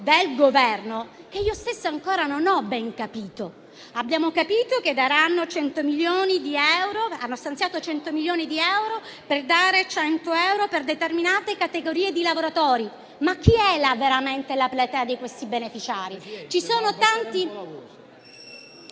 del Governo che io stessa ancora non ho ben capito: abbiamo capito che hanno stanziato 100 milioni di euro per dare 100 euro a determinate categorie di lavoratori, ma chi è la veramente la platea di questi beneficiari?